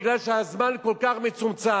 בגלל שהזמן כל כך מצומצם,